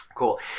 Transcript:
Cool